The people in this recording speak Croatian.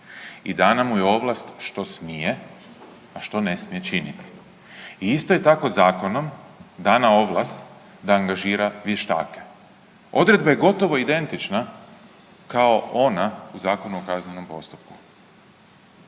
I dana mu je ovlast što smije, a što ne smije činiti. I isto je tako zakonom dana ovlast da angažira vještake. Odredba je gotovo identična kao ona u Zakonu o Kaznenom postupku.